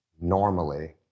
normally